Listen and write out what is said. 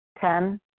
Ten